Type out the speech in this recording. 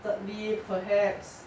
thirdly perhaps